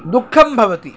दुःखं भवति